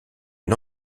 une